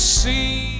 see